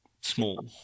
small